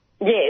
Yes